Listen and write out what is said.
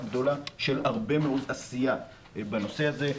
גדולה של הרבה מאוד עשייה בנושא הזה.